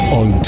on